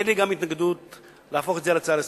אין לי גם התנגדות להפוך את זה להצעה לסדר-היום,